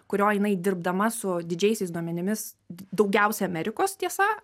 kurioj jinai dirbdama su didžiaisiais duomenimis daugiausia amerikos tiesa